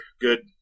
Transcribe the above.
good